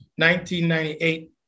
1998